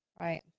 right